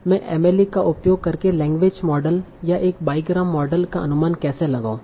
मैं MLE का उपयोग करके लैंग्वेज मॉडल या एक बाईग्राम मॉडल का अनुमान कैसे लगाऊं